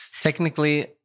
Technically